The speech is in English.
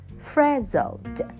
Frazzled